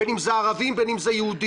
בין אם זה ערבים ובין אם זה יהודים,